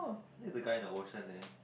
there the guy in the ocean there